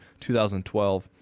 2012